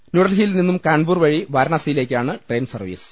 ന്യൂഡൽഹിയിൽ നിന്നും കാൺപൂർ വഴി വാരാണസിയിലേക്കാണ് ട്രെയിൻ സർവീസ്